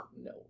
No